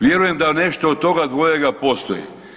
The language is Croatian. Vjerujem da nešto od toga dvojega postoji.